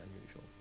unusual